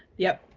yep!